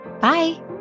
Bye